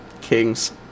Kings